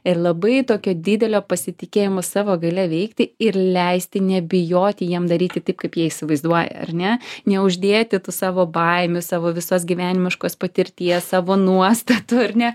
ir labai tokio didelio pasitikėjimo savo galia veikti ir leisti nebijoti jiem daryti taip kaip jie įsivaizduoja ar ne neuždėti tų savo baimių savo visos gyvenimiškos patirties savo nuostatų ar ne